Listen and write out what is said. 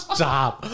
Stop